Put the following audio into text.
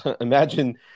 imagine